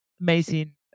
amazing